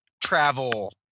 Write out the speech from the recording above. travel